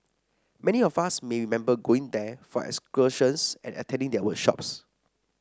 many of us may remember going there for excursions and attending their workshops